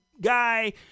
guy